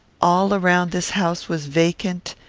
all around this house was vacant,